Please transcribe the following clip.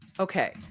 Okay